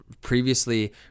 previously